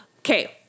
okay